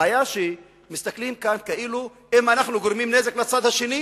הבעיה היא שמסתכלים כאן כאילו אם אנחנו גורמים נזק לצד השני,